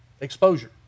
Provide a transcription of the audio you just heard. exposure